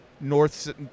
north